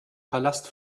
palast